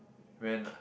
when I